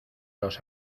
los